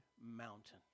mountain